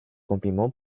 compliments